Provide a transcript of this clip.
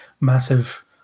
massive